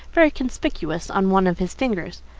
very conspicuous on one of his fingers.